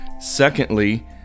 secondly